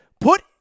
put